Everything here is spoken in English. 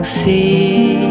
see